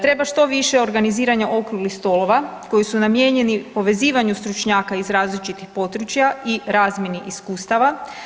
Treba što više organiziranja okruglih stolova koji su namijenjeni povezivanju stručnjaka iz različitih područja i razmjeni iskustava.